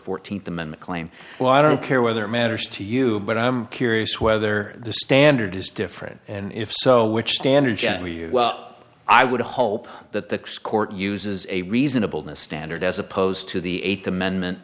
fourteenth amendment claim well i don't care whether it matters to you but i'm curious whether the standard is different and if so which standard i would hope that the court uses a reasonable the standard as opposed to the eighth amendment